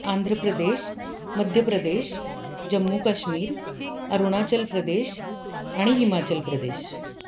आंध्र प्रदेश मध्य प्रदेश जम्मू काश्मीर अरुणाचल प्रदेश आणि हिमाचल प्रदेश